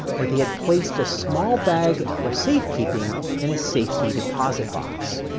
where they had placed a small bag for safe keeping in a safety deposit box.